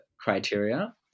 criteria